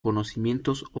conocimientos